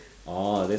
orh that's